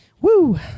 Woo